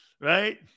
Right